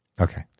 okay